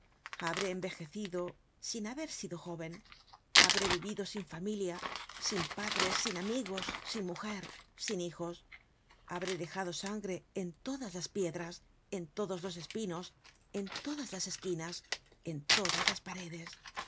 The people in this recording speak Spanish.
habré envejecido sin haber sido jóven habré vivido sin familia sin padres sin amigos sin mujer sin hijos habré dejado sangre en todas las piedras en todos los espinos en todas las esquinas en todas las paredes